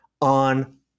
on